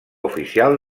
oficial